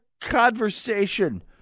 conversation